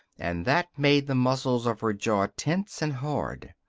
and that made the muscles of her jaw tense and hard.